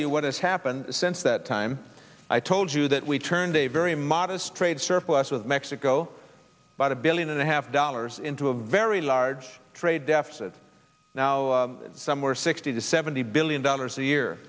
you what has happened since that time i told you that we turned a very modest trade surplus with mexico by the billion and a half dollars into a very large trade deficit now somewhere sixty to seventy billion dollars a year